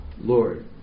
Lord